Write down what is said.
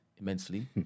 immensely